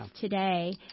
today